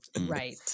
Right